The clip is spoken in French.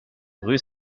rue